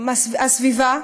ההסדר הזה הוא הסדר